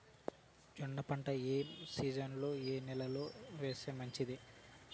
జొన్న పంట ఏ సీజన్లో, ఏ నెల లో వేస్తే మంచిది?